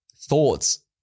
thoughts